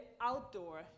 outdoor